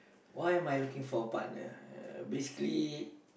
why am I looking for a partner uh basically